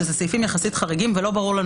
שיש בו סעיפים יחסית חריגים ולא ברור לנו